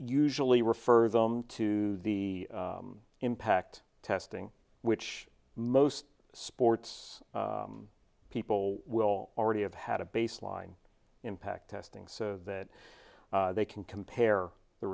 usually refer them to the impact testing which most sports people will already have had a baseline impact testing so that they can compare the